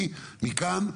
אני הבנתי ששם מאחסנים, לא